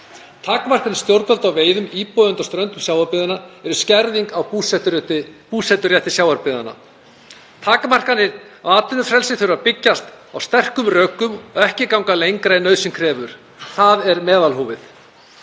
Takmarkanir stjórnvalda á veiðum íbúa undan ströndum sjávarbyggðanna eru skerðing á búseturétti sjávarbyggðanna. Takmarkanir á atvinnufrelsi þurfa að byggjast á sterkum rökum og ekki ganga lengra en nauðsyn krefur. Það er meðalhófið.